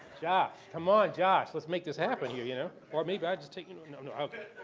josh? come on, josh. let's make this happen here, you know. or maybe i'll just take you know. no.